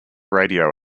radio